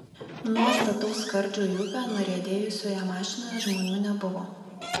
nuo stataus skardžio į upę nuriedėjusioje mašinoje žmonių nebuvo